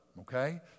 Okay